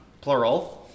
plural